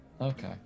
Okay